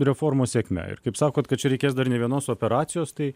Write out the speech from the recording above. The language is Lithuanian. reformos sėkme ir kaip sakot kad čia reikės dar ne vienos operacijos tai